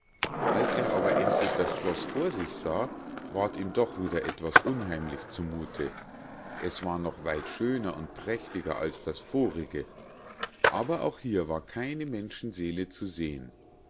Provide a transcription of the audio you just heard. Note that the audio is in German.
als er aber endlich das schloß vor sich sah ward ihm doch wieder etwas unheimlich zu muthe es war noch weit schöner und prächtiger als das vorige aber auch hier war keine menschenseele zu sehen